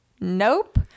Nope